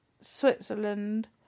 Switzerland